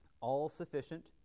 all-sufficient